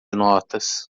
notas